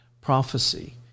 prophecy